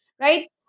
right